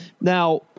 Now